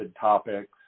topics